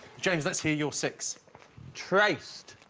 james let's hear your six traced